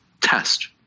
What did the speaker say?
test